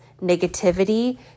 negativity